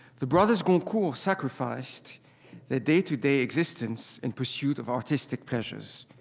the brothers goncourt sacrificed their day-to-day existence in pursuit of artistic pleasures.